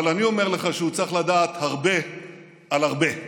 אבל אני אומר לך שהוא צריך לדעת הרבה על הרבה.